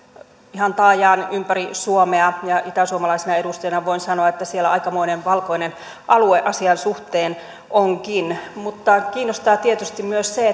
ihan taajaan ympäri suomea ja itäsuomalaisena edustajana voin sanoa että siellä aikamoinen valkoinen alue asian suhteen onkin mutta kiinnostaa tietysti myös se